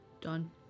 Done